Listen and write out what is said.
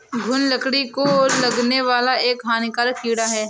घून लकड़ी को लगने वाला एक हानिकारक कीड़ा है